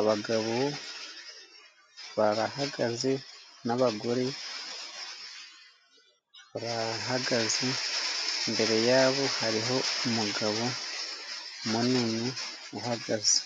abagabo barahagaze n'abagore barahagaze, imbere yabo hariho umugabo munini uhagaze.